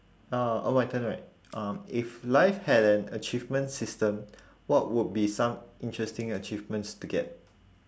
orh oh my turn right um if life had an achievement system what would be some interesting achievements to get